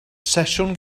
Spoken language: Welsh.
sesiwn